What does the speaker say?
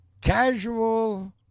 casual